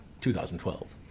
2012